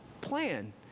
plan